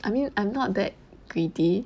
I mean I'm not that greedy